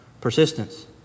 Persistence